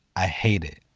i hate it.